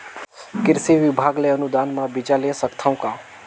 कृषि विभाग ले अनुदान म बीजा ले सकथव का?